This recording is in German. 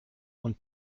und